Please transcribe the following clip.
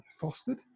fostered